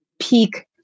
peak